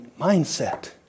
mindset